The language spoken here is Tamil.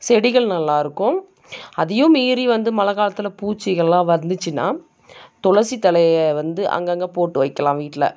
செடிகள் நல்லாயிருக்கும் அதையும் மீறி வந்து மழை காலத்தில் பூச்சிகள்லாம் வந்துச்சுன்னா துளசி தழையை வந்து அங்கங்கே போட்டு வைக்கலாம் வீட்டில்